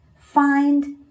Find